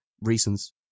reasons